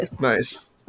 nice